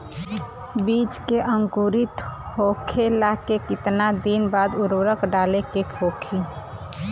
बिज के अंकुरित होखेला के कितना दिन बाद उर्वरक डाले के होखि?